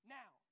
now